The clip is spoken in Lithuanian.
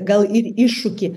gal ir iššūkį